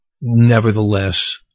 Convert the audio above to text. Nevertheless